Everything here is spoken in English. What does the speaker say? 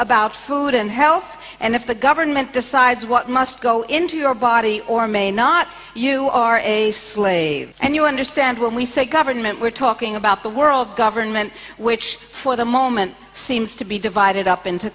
about food and health and if the government decides what must go into your body or may not you are a slave and you understand when we say government we're talking about the world government which for the moment seems to be divided up into